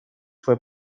fue